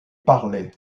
parler